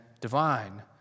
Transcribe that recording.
divine